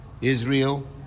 Israel